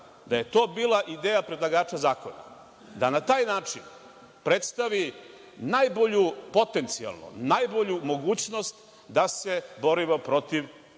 da je to bila ideja predlagača zakona, da na taj način predstavi najbolju, potencijalno najbolju mogućnost da se borimo protiv